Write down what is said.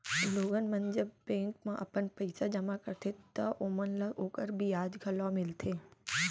लोगन मन जब बेंक म अपन पइसा जमा करथे तव ओमन ल ओकर बियाज घलौ मिलथे